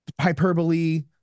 hyperbole